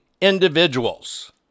individuals